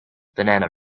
banana